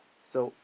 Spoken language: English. so